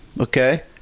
okay